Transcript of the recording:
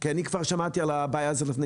כי אני כבר שמעתי על הבעיה הזאת לפני